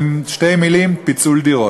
בשתי מילים: פיצול דירות.